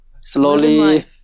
slowly